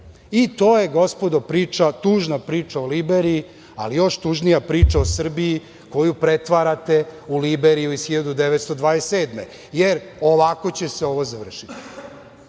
To je gospodo to je tužna priča o Liberiji, ali još tužnija priča o Srbiji koju pretvarate u Liberiju iz 1927. godine, jer, ovako će se ovo završiti.